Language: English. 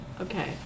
okay